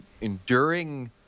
enduring